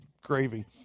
gravy